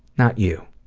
not you,